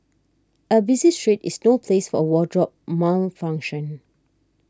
a busy street is no place for a wardrobe malfunction